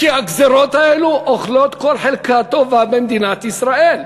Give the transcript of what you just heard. כי הגזירות האלו אוכלות כל חלקה טובה במדינת ישראל,